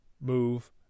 move